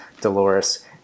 Dolores